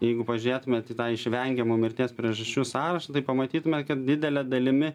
jeigu pažiūrėtumėt į tą išvengiamų mirties priežasčių sąrašą tai pamatytume kad didele dalimi